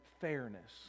fairness